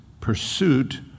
pursuit